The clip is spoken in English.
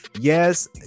yes